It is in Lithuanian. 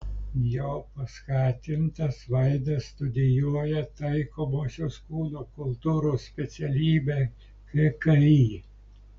jo paskatintas vaidas studijuoja taikomosios kūno kultūros specialybę kki